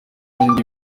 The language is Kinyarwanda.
akunda